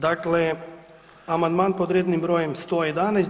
Dakle, Amandman pod rednim brojem 111.